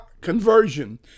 conversion